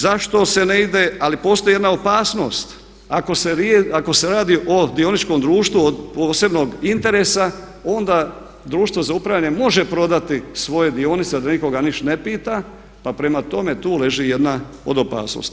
Zašto se ne ide, ali postoji jedna opasnost, ako se radi o dioničkom društvu od posebnog interesa onda društvo za upravljanje može prodati svoje dionice da nikoga ništa ne pita pa prema tome tu leži jedna od opasnosti.